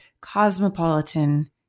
cosmopolitan